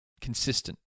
consistent